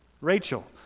rachel